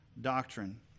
doctrine